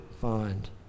find